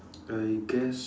I guess